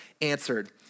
answered